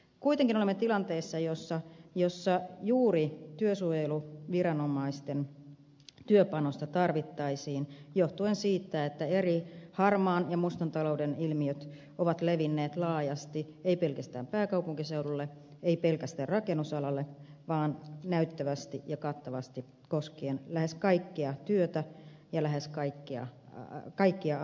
kuitenkin olemme tilanteessa jossa juuri työsuojeluviranomaisten työpanosta tarvittaisiin johtuen siitä että eri harmaan ja mustan talouden ilmiöt ovat levinneet laajasti ei pelkästään pääkaupunkiseudulle ei pelkästään rakennusalalle vaan näyttävästi ja kattavasti koskien lähes kaikkea työtä ja lähes kaikkia alueita suomessa